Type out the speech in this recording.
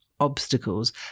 obstacles